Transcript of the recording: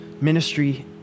ministry